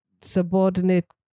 subordinate